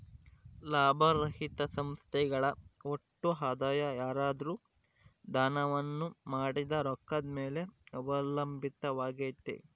ಲಾಭರಹಿತ ಸಂಸ್ಥೆಗಳ ಒಟ್ಟು ಆದಾಯ ಯಾರಾದ್ರು ದಾನವನ್ನ ಮಾಡಿದ ರೊಕ್ಕದ ಮೇಲೆ ಅವಲಂಬಿತವಾಗುತ್ತೆ